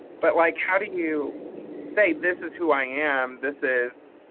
but like how do you say this is who i am, this is